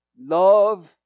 Love